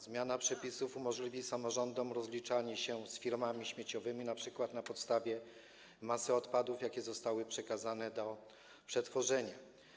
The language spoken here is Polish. Zmiana przepisów umożliwi samorządom rozliczanie się z firmami śmieciowymi np. na podstawie masy odpadów, które zostały przekazane do przetworzenia.